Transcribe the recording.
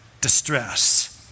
Distress